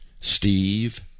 Steve